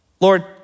Lord